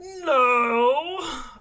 No